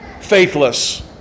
faithless